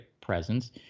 presence